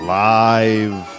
live